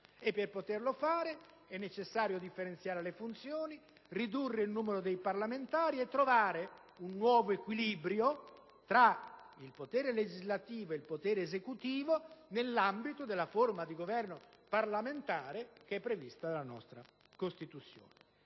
Per poterlo fare è necessario differenziare le funzioni, ridurre il numero dei parlamentari e trovare un nuovo equilibrio tra il potere legislativo ed il potere esecutivo nell'ambito della forma di governo parlamentare prevista dalla nostra Costituzione.